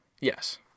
Yes